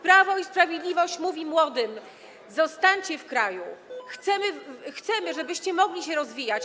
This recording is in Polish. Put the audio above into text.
Prawo i Sprawiedliwość mówi młodym: zostańcie w kraju, chcemy, żebyście mogli się rozwijać.